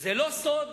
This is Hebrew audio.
זה לא סוד,